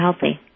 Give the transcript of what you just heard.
healthy